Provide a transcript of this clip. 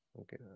okay